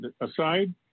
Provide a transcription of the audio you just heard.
aside